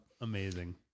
Amazing